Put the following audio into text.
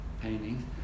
paintings